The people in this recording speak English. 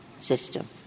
system